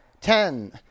ten